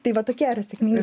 tai va tokie yra sėkmingi